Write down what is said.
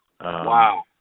Wow